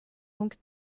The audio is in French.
donc